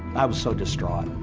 i was so distraught.